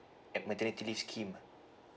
at maternity leave scheme ah